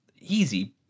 easy